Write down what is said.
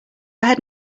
ahead